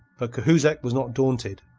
but cahusac was not daunted.